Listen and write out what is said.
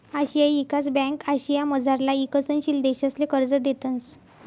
आशियाई ईकास ब्यांक आशियामझारला ईकसनशील देशसले कर्ज देतंस